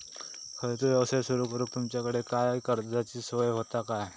खयचो यवसाय सुरू करूक तुमच्याकडे काय कर्जाची सोय होता काय?